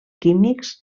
químics